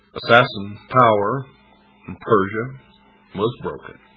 assassin power in persia was broken,